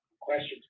Questions